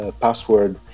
password